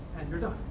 and you're done,